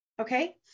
Okay